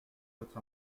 votre